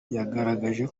yagaragaje